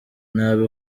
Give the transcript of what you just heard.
nabi